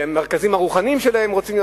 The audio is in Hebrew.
רוצים להיות קרובים למרכזים הרוחניים שלהם.